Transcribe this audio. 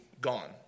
gone